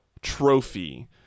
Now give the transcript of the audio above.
trophy